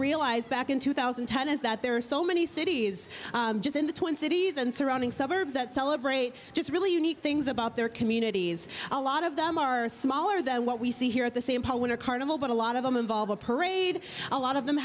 realized back in two thousand and ten is that there are so many cities just in the twin cities and surrounding suburbs that celebrate just really unique things about their communities a lot of them are smaller than what we see here at the same poll winter carnival but a lot of them involve the parade a lot of them